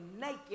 naked